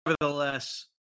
Nevertheless